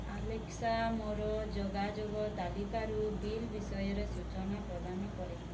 Alexa ମୋର ଯୋଗାଯୋଗ ତାଲିକାରୁ ବିଲ୍ ବିଷୟରେ ସୂଚନା ପ୍ରଦାନ କରେ